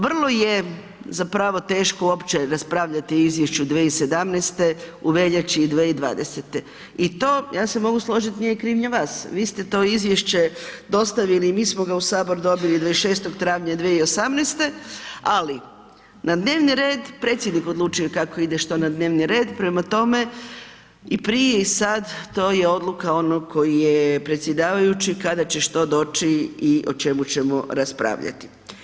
Vrlo je zapravo teško uopće raspravljati o izvješću 2017., u veljači 2020. i to, ja se mogu složit nije krivnja vas, vi ste to izvješće dostavili i mi smo ga u Sabor dobili 26. travnja 2018. ali na dnevni red, predsjednik odlučuje kako ide što na dnevni red, prema tome, i prije i sad, to je odluka onog koji je predsjedavajući kada će što doći i o čemu ćemo raspravljati.